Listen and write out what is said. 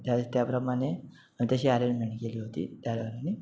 त्या वेळेस त्याप्रमाणे तशी अरेंजमेंट केली होती त्याह्यानी